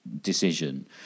decision